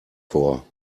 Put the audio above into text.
vor